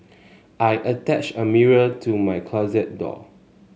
I attached a mirror to my closet door